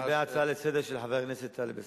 לגבי ההצעה לסדר-היום של חבר הכנסת טלב אלסאנע,